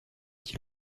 dit